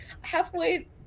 Halfway